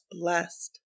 blessed